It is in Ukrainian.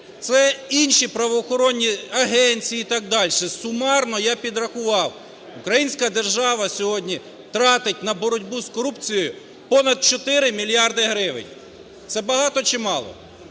Це інші правоохоронні агенції і так далі. Сумарно, я підрахував, українська держава сьогодні тратить на боротьбу з корупцією понад 4 мільярди гривень. Це багато чи мало?